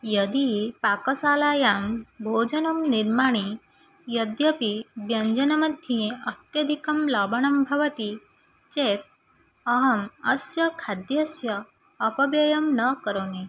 यदि पाकशालायां भोजनं निर्माणे यद्यपि व्यञ्जनमध्ये अत्यधिकं लवणं भवति चेत् अहम् अस्य खाद्यस्य अपव्ययं न करोमि